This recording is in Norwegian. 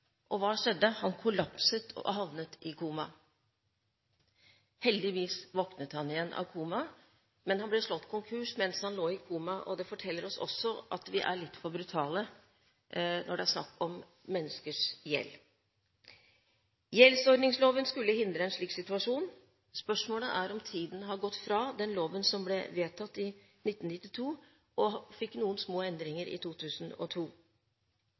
Og hva skjedde? Han kollapset og havnet i koma. Heldigvis våknet han igjen, men han ble slått konkurs mens han lå i koma. Det forteller oss at vi er litt for brutale når det er snakk om menneskers gjeld. Gjeldsordningsloven skulle hindre en slik situasjon. Spørsmålet er om tiden har gått fra den loven som ble vedtatt i 1992 og fikk noen små endringer i 2002.